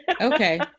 Okay